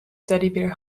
teddybeer